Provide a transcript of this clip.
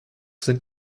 sind